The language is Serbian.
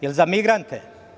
Jel za migrante?